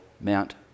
Mount